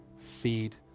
feed